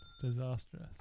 disastrous